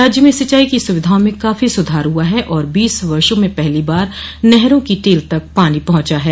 राज्य में सिंचाई की सुविधाओं में काफी सुधार हुआ है और बीस वर्षो में पहली बार नहरों की टेल तक पानी पहुंचा है